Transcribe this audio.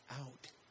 out